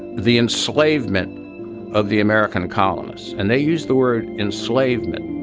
the enslavement of the american colonists. and they use the word enslavement